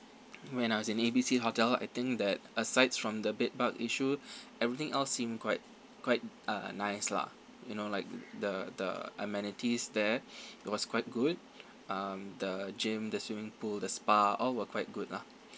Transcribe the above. when I was in A B C hotel I think that asides from the bedbug issue everything else seem quite quite uh nice lah you know like the the amenities there it was quite good um the gym the swimming pool the spa all were quite good lah